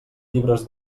llibres